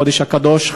החודש הקדוש,